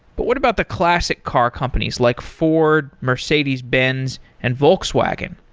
but what about the classic car companies like ford, mercedes-benzes and volkswagen?